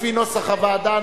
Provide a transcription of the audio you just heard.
לפי נוסח הוועדה.